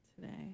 today